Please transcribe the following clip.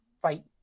fight